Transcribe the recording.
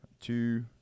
Two